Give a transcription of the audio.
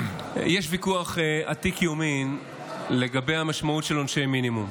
יש ויכוח עתיק יומין לגבי המשמעות של עונשי מינימום.